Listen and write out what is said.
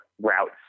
routes